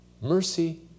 Mercy